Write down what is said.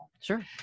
Sure